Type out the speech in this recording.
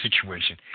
situation